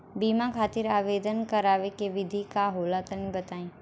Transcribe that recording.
बीमा खातिर आवेदन करावे के विधि का होला तनि बताईं?